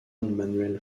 manuel